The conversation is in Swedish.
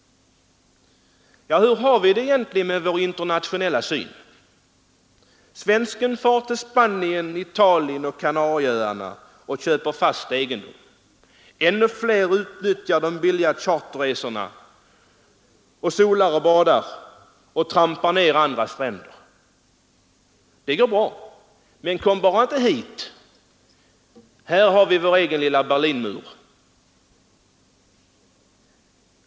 Hur har vi det egentligen med vår internationella syn? Svensken far till Spanien, Italien eller Kanarieöarna och köper fast egendom. Ännu fler utnyttjar de billiga charterresorna och solar och badar, och trampar ner andras stränder. Det går bra. Men kom bara inte hit! Här har vi vår egen lilla Berlinmur.